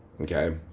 Okay